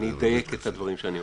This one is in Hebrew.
אני אדייק את הדברים שאני אומר.